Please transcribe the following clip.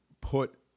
put